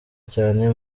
cyane